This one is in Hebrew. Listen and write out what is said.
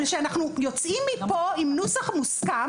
אלא שאנחנו יוצאים מפה עם נוסח מוסכם